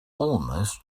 almost